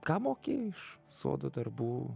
ką moki iš sodo darbų